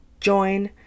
join